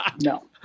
No